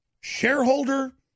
shareholder